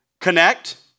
Connect